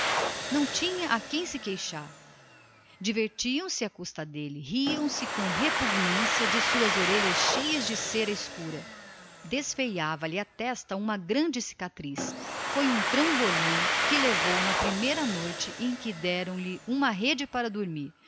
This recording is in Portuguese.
não tinha a quem se queixar divertiam se à custa dele riam-se com repugnância das suas orelhas cheias de cera escura desfeava lhe a testa uma grande cicatriz foi um trambolhão que levou na primeira noite em que lhe deram uma rede para dormir